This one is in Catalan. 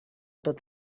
tot